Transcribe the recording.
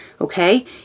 okay